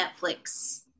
Netflix